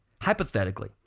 Hypothetically